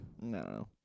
No